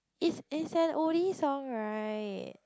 is is an oldie song right